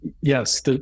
yes